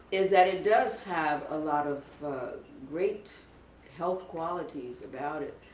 is that it does have a lot of great health qualities about it.